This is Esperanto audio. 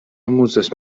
amuzas